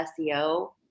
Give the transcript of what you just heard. SEO